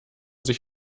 sich